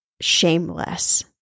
shameless